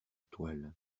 toile